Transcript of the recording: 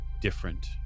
different